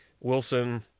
Wilson